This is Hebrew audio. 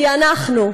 כי אנחנו,